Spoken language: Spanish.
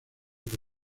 que